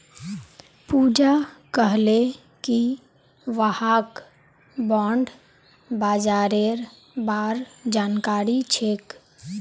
पूजा कहले कि वहाक बॉण्ड बाजारेर बार जानकारी छेक